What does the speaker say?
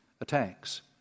attacks